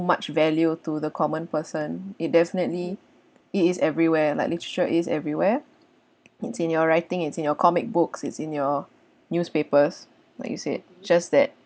much value to the common person it definitely it is everywhere like literature is everywhere it's in your writing it's in your comic books it's in your newspapers like you said just that